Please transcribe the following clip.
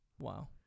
Wow